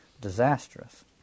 disastrous